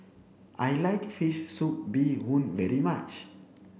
I like fish soup Bee Hoon very much